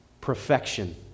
Perfection